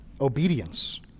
Obedience